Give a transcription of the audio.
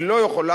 היא לא יכולה,